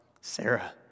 Sarah